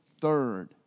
third